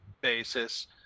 basis